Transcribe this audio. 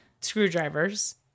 screwdrivers